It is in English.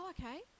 Okay